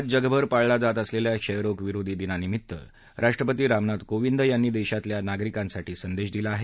आज जगभर पाळला जात असलेल्या क्षयरोग विरोधी दिनानिमीत्त राष्ट्रपती रामनाथ कोविंद यांनी देशातल्या नागरिकांसाठी संदेश दिला आहे